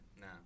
No